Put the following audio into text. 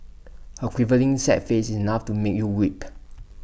her quivering sad face is enough to make you weep